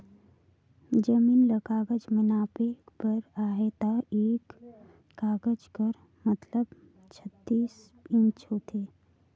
जमीन ल गज में नापे बर अहे ता एक गज कर मतलब छत्तीस इंच होथे